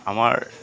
আমাৰ